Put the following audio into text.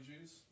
juice